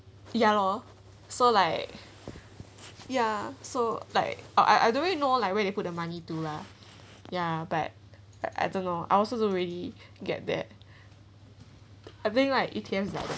ya lor so like ya so like uh uh I I I don't know like where they put the money to lah ya but I I don't know I also don't really get that I think like E_T_Fs is like